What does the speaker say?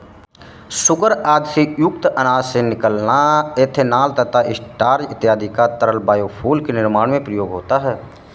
sugar आदि से युक्त अनाज से निकला इथेनॉल तथा स्टार्च इत्यादि का तरल बायोफ्यूल के निर्माण में प्रयोग होता है